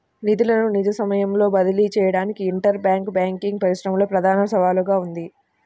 నిధులను నిజ సమయంలో బదిలీ చేయడానికి ఇంటర్ బ్యాంక్ బ్యాంకింగ్ పరిశ్రమలో ప్రధాన సవాలుగా ఉంది